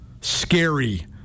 scary